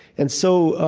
and so,